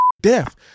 Death